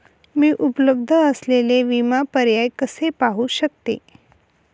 मी उपलब्ध असलेले विमा पर्याय कसे पाहू शकते?